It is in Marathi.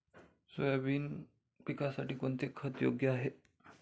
सोयाबीन पिकासाठी कोणते खत योग्य आहे?